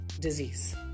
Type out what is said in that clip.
disease